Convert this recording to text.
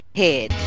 head